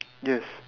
yes